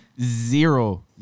zero